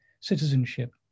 Citizenship